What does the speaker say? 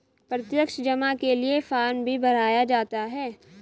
प्रत्यक्ष जमा के लिये फ़ार्म भी भराया जाता है